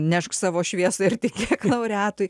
nešk savo šviesą ir tikėk laureatui